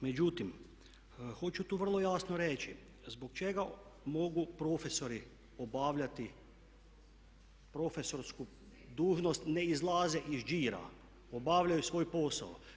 Međutim, hoću tu vrlo jasno reći zbog čega mogu profesori obavljati profesorsku dužnost, ne izlaze iz đira, obavljaju svoj posao.